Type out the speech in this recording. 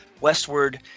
Westward